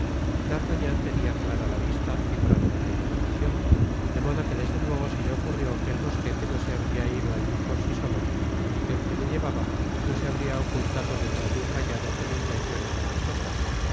d'artagnan tenia clara la vista y pronta la imaginacion de modo que desde luego se le ocurrió que el mosquete no se habria ido alli por si solo y que el que le llevaba no se habria ocultado detrás de un vallado con intenciones amistosas por